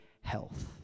health